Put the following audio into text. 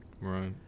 right